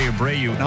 Abreu